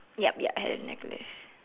yup yup I have a necklace